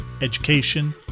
education